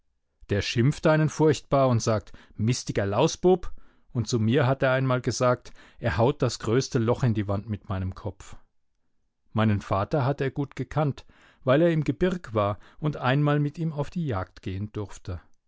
der schimpft einen furchtbar und sagt mistiger lausbub und zu mir hat er einmal gesagt er haut das größte loch in die wand mit meinem kopf meinen vater hat er gut gekannt weil er im gebirg war und einmal mit ihm auf die jagd gehen durfte